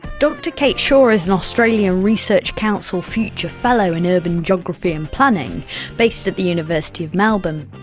dr kate shaw is an australian research council future fellow in urban geography and planning based at the university of melbourne.